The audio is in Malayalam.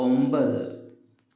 ഒൻപത്